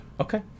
Okay